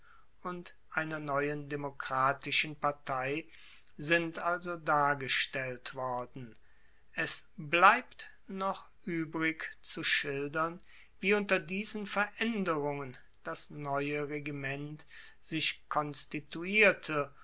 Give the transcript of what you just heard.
und einer neuen demokratischen partei sind also dargestellt worden es bleibt noch uebrig zu schildern wie unter diesen veraenderungen das neue regiment sich konstituierte